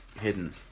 hidden